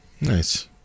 Nice